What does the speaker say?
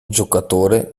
giocatore